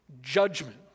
judgment